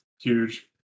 huge